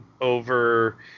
over